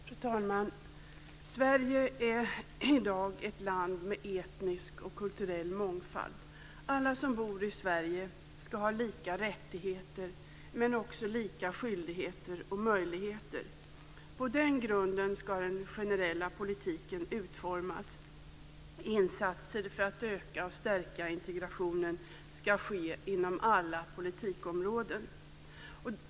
Fru talman! Sverige är i dag ett land med etnisk och kulturell mångfald. Alla som bor i Sverige ska ha lika rättigheter, men också lika skyldigheter och möjligheter. På den grunden ska den generella politiken utformas. Insatser för att öka och stärka integrationen ska göras inom alla politikområden.